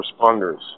responders